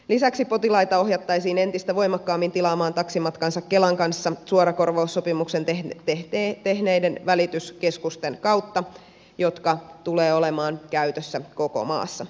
lisäksi potilaita ohjattaisiin entistä voimakkaammin tilaamaan taksimatkansa kelan kanssa suorakorvaussopimuksen tehneiden välityskeskusten kautta jotka tulevat olemaan käytössä koko maassa